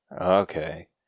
Okay